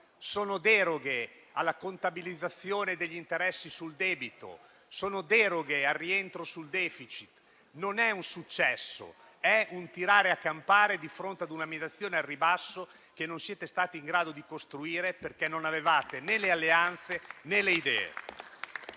Sono deroghe alla contabilizzazione degli interessi sul debito, sono deroghe al rientro sul *deficit*. Non è un successo: è un "tirare a campare" di fronte a una mediazione al ribasso che non siete stati in grado di costruire, perché non avevate né le alleanze, né le idee.